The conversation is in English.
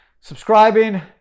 subscribing